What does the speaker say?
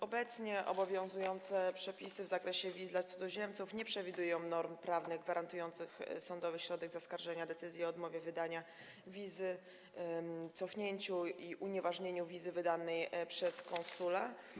Obecnie obowiązujące przepisy w zakresie wiz dla cudzoziemców nie przewidują norm prawnych gwarantujących sądowy środek zaskarżenia decyzji o odmowie wydania, cofnięciu i unieważnieniu wizy wydanej przez konsula.